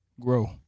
grow